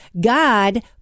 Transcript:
God